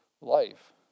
life